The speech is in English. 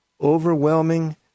overwhelming